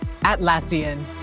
Atlassian